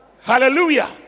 Hallelujah